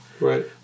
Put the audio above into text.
Right